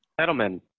Edelman